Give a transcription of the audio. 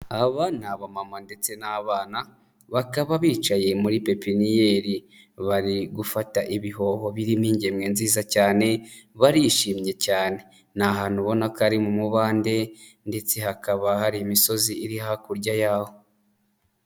Aba ni abamama ndetse n'abana bakaba bicaye muri pepiniyeri, bari gufata ibihoho birimo ingemwe nziza cyane barishimye cyane. Ni ahantu ubona ko ari mu mubande ndetse hakaba hari imisozi iri hakurya yaho.